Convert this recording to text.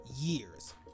years